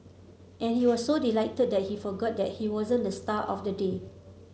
and he was so delighted that he forgot that he wasn't the star of the day